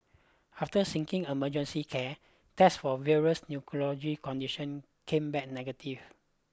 after seeking emergency care tests for various condition came back negative